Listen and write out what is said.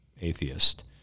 atheist